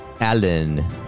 Allen